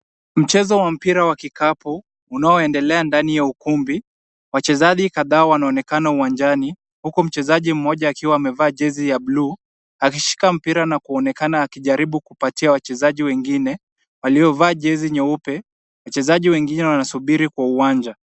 Mchezo wa mpira wa kikapu unaendelea ndani ya ukumbi, wachezaji kadhaa wanaonekana uwanjani, huku mchezaji mmoja akiwa amevaa jezi ya buluu, akishika mpira na kuonekana akijaribu kupatia wachezaji wengi, waliovaa jezi nyeupe. Wachezaji wengine wanasubi kwa uwanja.